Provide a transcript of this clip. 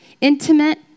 intimate